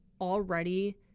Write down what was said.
already